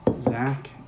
Zach